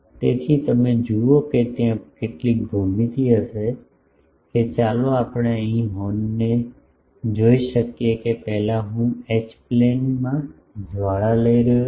તેથી તમે જુઓ કે ત્યાં કેટલીક ભૂમિતિ હશે કે ચાલો આપણે અહીં હોર્નને જોઈ શકીએ કે પહેલા હું એચ પ્લેનમાં જ્વાળા લઈ રહ્યો છું